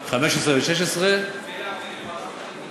של 15' ו-16' את זה להעביר לוועדת החריגים?